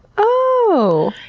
ohhhhh!